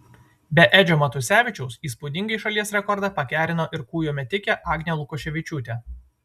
be edžio matusevičiaus įspūdingai šalies rekordą pagerino ir kūjo metikė agnė lukoševičiūtė